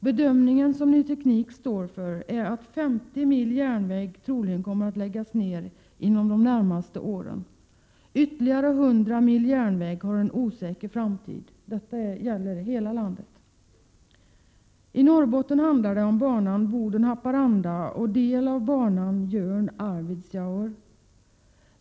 Bedömningen som Ny Teknik står för är att 50 mil järnväg troligen kommer att läggas ner inom de närmaste åren. Ytterligare 100 mil järnväg har en osäker framtid. Detta gäller hela landet. I Norrbotten handlar det om banan Boden-Haparanda och en del av banan Jörn-Arvidsjaur.